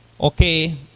Okay